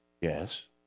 Yes